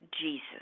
Jesus